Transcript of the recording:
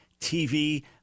TV